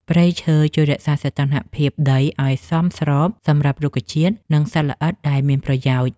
ព្រៃឈើជួយរក្សាសីតុណ្ហភាពដីឱ្យសមស្របសម្រាប់រុក្ខជាតិ និងសត្វល្អិតដែលមានប្រយោជន៍។